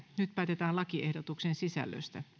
nyt päätetään lakiehdotuksen sisällöstä